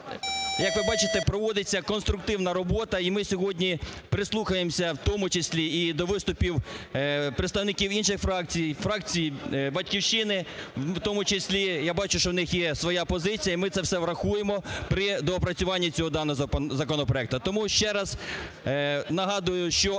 як ви бачите, проводиться конструктивна робота, і ми сьогодні прислухаємося, в тому числі і до виступів представників інших фракцій, фракції "Батьківщини" в тому числі, я бачу, що у них є своя позиція, і ми це все врахуємо при доопрацюванні даного законопроекту. Тому ще раз нагадую, що